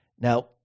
Now